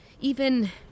even-